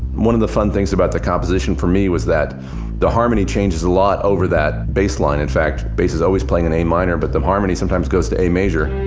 one of the fun things about the composition for me was that the harmony changes a lot over that bassline. in fact, the bass is always playing in a minor but the harmony sometimes goes to a major.